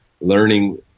learning